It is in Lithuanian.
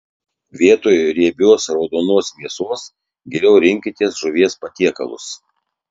vietoj riebios raudonos mėsos geriau rinkitės žuvies patiekalus